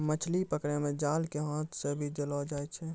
मछली पकड़ै मे जाल के हाथ से भी देलो जाय छै